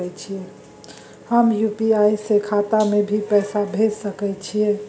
हम यु.पी.आई से खाता में भी पैसा भेज सके छियै?